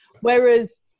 whereas